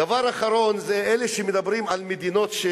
דבר אחרון זה אלה שמדברים על מדינות,